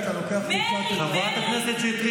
אתה יודע מה זה מרי, זה מלחמת אחים.